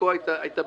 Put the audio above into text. חלקה במקום,